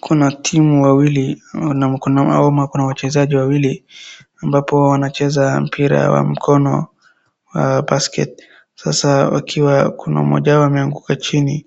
Kuna timu wawili na kuna wachezaji wawili, ambapo wanacheza mpira wa mkono wa basket ,sasa wakiwa kuna mmoja wao ameanguka chini